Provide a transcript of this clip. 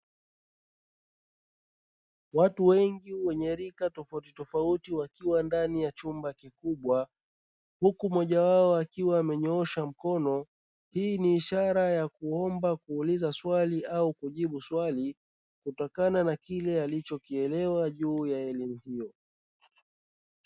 Watu wengi wenye rika tofauti tofauti wakiwa ndani ya chumba kikubwa, huku mmoja wao akiwa amenyoosha mkono; hii ni ishara ya kuomba kuuliza swali au kujibu swali kutokana na alichokielewa juu ya elimu hiyo.